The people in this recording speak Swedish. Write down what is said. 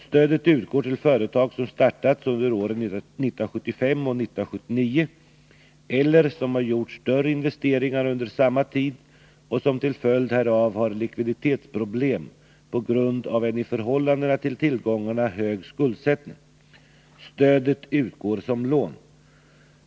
Stödet utgår till företag som startats under åren 1975-1979 eller som gjort större investeringar under samma tid och som till följd härav har likviditetsproblem på grund av en i förhållande till tillgångarna hög skuldsättning. Stödet utgår som lån.